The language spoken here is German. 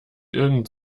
irgend